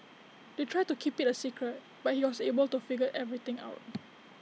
they tried to keep IT A secret but he was able to figure everything out